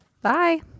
Bye